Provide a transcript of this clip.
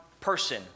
person